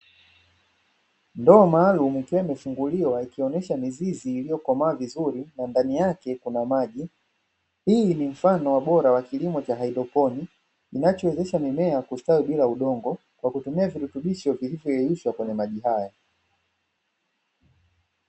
Ndoo maalumu ikiwa imefunguliwa ikionesha mizizi iliyokomaa vizuri, na ndani yake kuna maji. Hii ni mfano bora wa kilimo cha haidroponi, kinachowezesha mimea kustawi bila udongo, kwa kutumia virutubisho vilivyoyeyushwa kwenye maji haya.